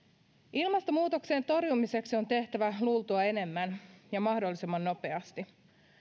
ilmastonmuutoksen torjumiseksi on tehtävä luultua enemmän ja mahdollisimman nopeasti